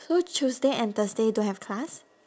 so tuesday and thursday don't have class